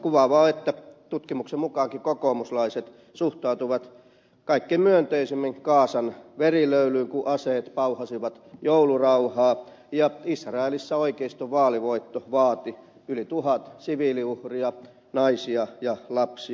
kuvaavaa on että tutkimuksen mukaankin kokoomuslaiset suhtautuvat kaikkein myönteisimmin gazan verilöylyyn kun aseet pauhasivat joulurauhaa ja israelissa oikeiston vaalivoitto vaati yli tuhat siviiliuhria naisia ja lapsia